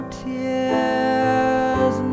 tears